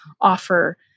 offer